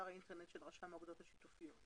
הוא באתר האינטרנט של רשם האגודות השיתופיות.